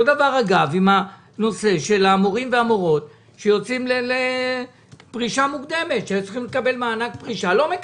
אותו דבר עם הנושא של המורים והמורות שיוצאים לפרישה מוקדמת ולא מקבלים